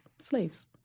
slaves